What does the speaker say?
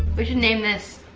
we should name this